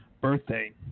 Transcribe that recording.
birthday